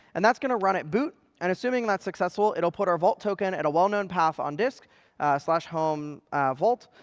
and that's going to run at boot. and assuming that's successful, it'll put our vault token at a well-known path on disk home vault.